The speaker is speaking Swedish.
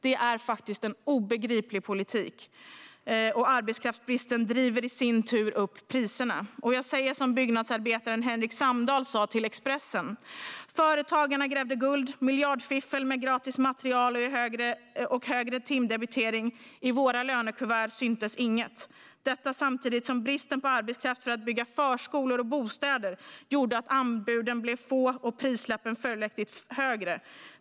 Det är faktiskt en obegriplig politik. Och arbetskraftsbristen driver i sin tur upp priserna. Jag säger som byggnadsarbetaren Henrik Samdahl sa till Expressen: "Företagarna grävde guld, miljardfiffel med gratis material och högre timdebiteringar. I våra lönekuvert syntes inget. Detta samtidigt som bristen på arbetskraft för att bygga förskolor och bostäder gjorde att anbuden blev få och prislappen följaktligen högre.